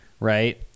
Right